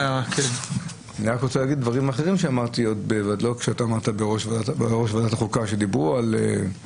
אני רוצה לומר דברים אחרים שאמרתי בוועדת החוקה כאשר יושב